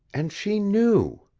and she knew.